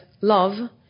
love